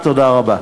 תודה רבה.